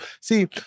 see